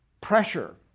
pressure